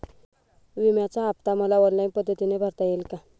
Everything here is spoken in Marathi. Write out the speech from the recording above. विम्याचा हफ्ता मला ऑनलाईन पद्धतीने भरता येईल का?